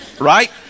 right